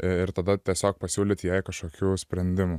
ir tada tiesiog pasiūlyti jai kažkokių sprendimų